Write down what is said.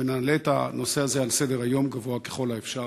ונעלה את הנושא הזה גבוה בסדר-היום ככל האפשר.